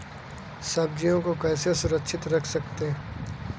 सब्जियों को कैसे सुरक्षित रख सकते हैं?